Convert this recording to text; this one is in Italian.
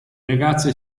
ragazze